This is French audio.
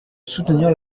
soutenir